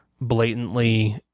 blatantly